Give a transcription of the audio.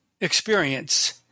experience